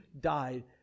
died